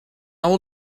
will